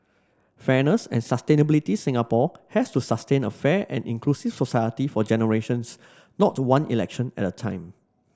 fairness and sustainability Singapore has to sustain a fair and inclusive society for generations not to one election at a time